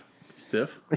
Stiff